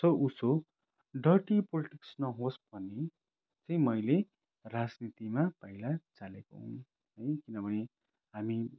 so उसो dirty politics नहोस् भनी चाहिँ मैले राजनीतिमा पाइला चालेको हुँ किनभने हामी